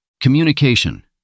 Communication